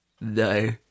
No